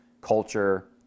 culture